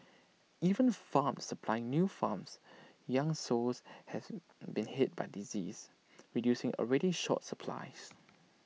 even farms supplying new farms young sows has been hit by disease reducing already short supplies